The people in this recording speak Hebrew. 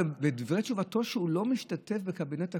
בדברי תשובתו הוא לא משתתף בקבינט הקורונה.